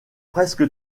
presque